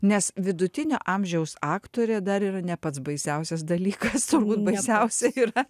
nes vidutinio amžiaus aktorė dar yra ne pats baisiausias dalykas turbūt baisiausia yra